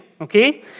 okay